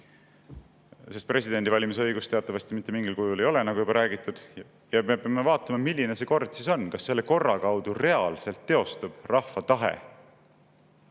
Presidendi valimise õigust teatavasti mitte mingil kujul ei ole, nagu juba räägitud. Me peame vaatama, milline see kord siis on, kas selle korra kaudu reaalselt teostub rahva tahe,